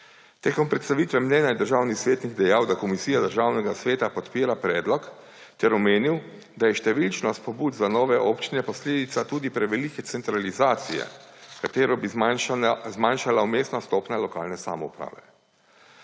Tekom predstavitve mnenja je državni svetnik dejal, da Komisija Državnega sveta podpira predlog, ter omenil, da je številčnost pobud za nove občine posledica tudi prevelike centralizacije, katero bi zmanjšala vmesna stopnja lokalne samouprave.